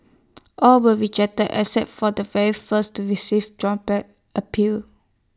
all were rejected except for the very first to revive appeal